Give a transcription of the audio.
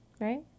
Right